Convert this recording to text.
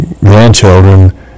grandchildren